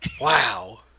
Wow